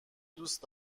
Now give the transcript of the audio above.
دوست